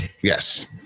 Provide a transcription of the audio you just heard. Yes